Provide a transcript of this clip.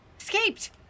Escaped